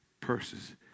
purses